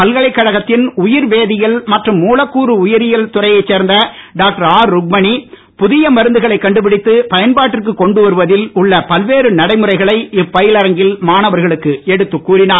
பல்கலைக் கழகத்தின் உயிர் வேதியியல் மற்றும் மூலக்கூறு உயிரியல் துறையைச் சேர்ந்த டாக்டர் ஆர் ருக்மணி புதிய மருந்துகளை கண்டுபிடித்து பயன்பாட்டிற்கு கொண்டுவருவதில் உள்ள பல்வேறு நடைமுறைகளை இப்பயிலரங்கில் மாணவர்களுக்கு எடுத்துக் கூறினார்